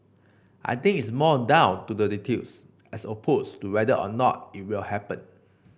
I think it's more down to the details as opposed to whether or not it will happen